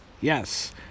Yes